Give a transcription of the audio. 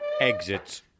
exits